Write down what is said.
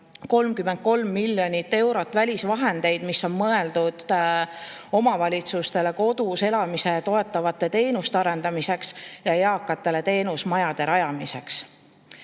33 miljonit eurot välisvahendeid, mis on mõeldud omavalitsustele kodus elamist toetavate teenuste arendamiseks ja eakatele teenusmajade rajamiseks.